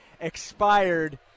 expired